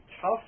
Tough